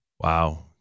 Wow